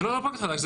זה לא פרויקט חדש.